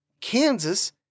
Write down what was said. Kansas